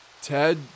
Ted